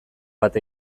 bat